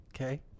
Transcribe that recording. Okay